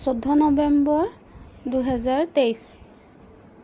চৌধ্য নৱেম্বৰ দুহেজাৰ তেইছ